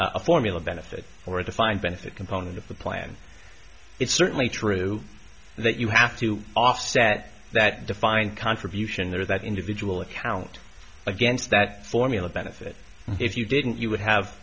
a formula benefit or a defined benefit component of the plan it's certainly true that you have to offset that defined contribution there or that individual account against that formula benefit if you didn't